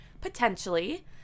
potentially